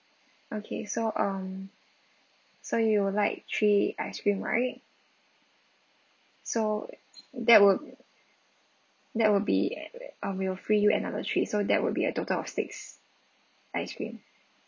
okay so um so you will like three ice cream right so that would that would be um we will free you another three so that would be a total of six ice cream